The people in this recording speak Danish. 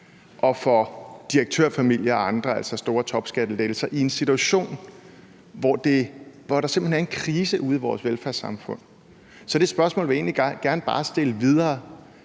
og for direktørfamilier og andre, altså store topskattelettelser, i en situation, hvor der simpelt hen er en krise ude i vores velfærdssamfund? Det spørgsmål vil jeg egentlig gerne sende videre.